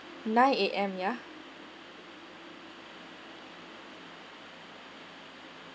nine A_M ya